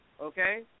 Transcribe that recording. okay